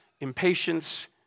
Impatience